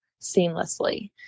seamlessly